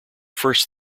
first